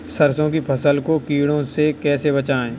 सरसों की फसल को कीड़ों से कैसे बचाएँ?